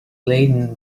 laden